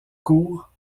courts